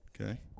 Okay